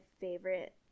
favorite